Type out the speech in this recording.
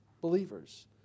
believers